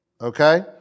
Okay